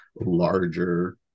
larger